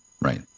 Right